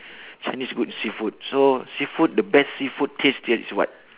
chinese good with seafood so seafood the best seafood tastiest is what